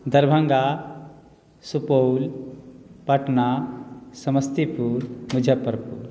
Darbhanga Supaul Patna Samastipur Muzaffarpur